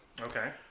Okay